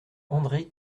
andré